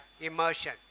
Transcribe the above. immersion